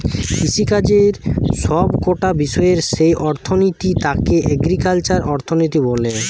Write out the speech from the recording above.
কৃষিকাজের সব কটা বিষয়ের যেই অর্থনীতি তাকে এগ্রিকালচারাল অর্থনীতি বলে